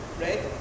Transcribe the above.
right